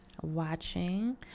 watching